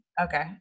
Okay